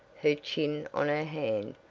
her chin on her hand.